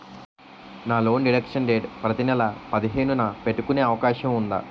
నా loan deduction date ప్రతి నెల పదిహేను న పెట్టుకునే అవకాశం ఉందా?